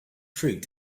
fruit